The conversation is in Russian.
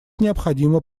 необходимо